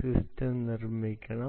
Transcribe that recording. system നിർമ്മിക്കണം